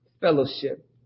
fellowship